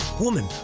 Woman